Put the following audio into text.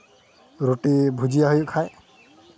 ᱨᱩᱴᱤ ᱵᱷᱩᱡᱤᱭᱟ ᱦᱩᱭᱩᱜ ᱠᱷᱟᱡ